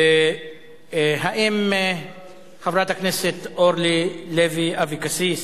האם חברת הכנסת אורלי לוי אבקסיס